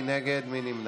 מי נגד?